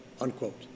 unquote